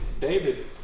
David